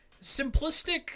simplistic